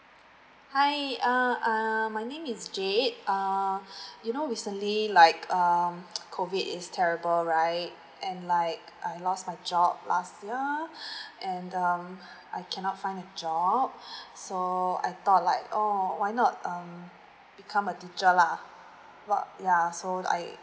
hi uh err my name is jade err you know recently like um COVID is terrible right and like I lost my job last year and um I cannot find a job so I thought like oh why not um become a teacher lah lot yeah so I